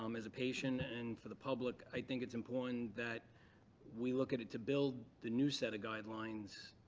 um as a patient and for the public i think it's important that we look at it to build the new set of guidelines,